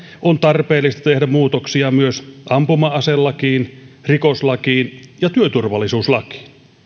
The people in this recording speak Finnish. on tarpeellista tehdä muutoksia myös ampuma aselakiin rikoslakiin ja työturvallisuuslakiin